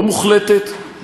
לא מוחלטת,